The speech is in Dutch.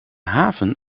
haven